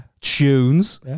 Tunes